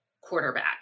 quarterback